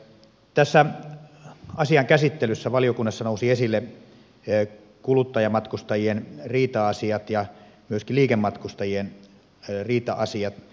tässä asian käsittelyssä valiokunnassa nousivat esille kuluttajamatkustajien riita asiat ja myöskin liikematkustajien riita asiat